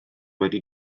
wedi